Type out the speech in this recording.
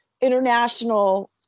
international